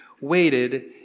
waited